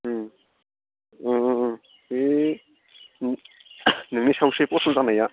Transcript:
ए नोंनि सायावसो पसन्द जानाया